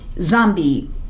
Zombie